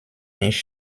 nicht